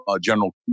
general